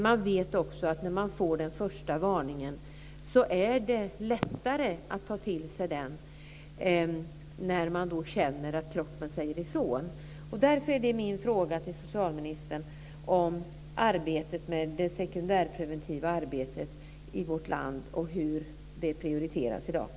Man vet också att det för den som får den första varningen, för den som känner att kroppen säger ifrån, är lättare att ta till sig informationen.